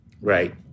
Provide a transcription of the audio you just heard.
Right